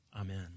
amen